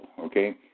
okay